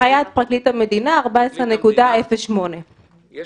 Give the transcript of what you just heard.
זו הנחיית פרקליט המדינה 14.08. יש